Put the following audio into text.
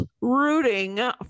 Rooting